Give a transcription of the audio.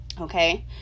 okay